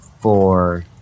four